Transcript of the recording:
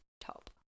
top